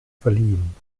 verliehen